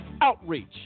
outreach